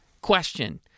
question